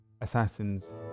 Assassin's